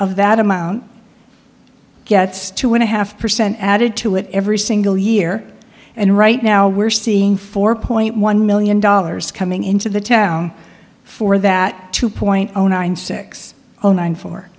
of that amount gets two and a half percent added to it every single year and right now we're seeing four point one million dollars coming into the town for that two point zero nine six zero nine for